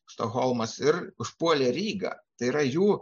stokholmas ir užpuolė rygą tai yra jų